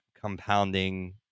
compounding